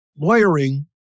lawyering